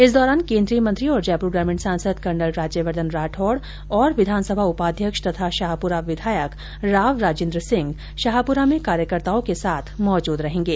इस दौरान केन्द्रीय मंत्री और जयपुर ग्रामीण सांसद कर्नल राज्यवर्धन राठौड़ तथा विधानसभा उपाध्यक्ष और शाहपुरा विधायक राव राजेन्द्र सिंह शाहपुरा में कार्यकर्ताओं के साथ मौजूद रहेंगे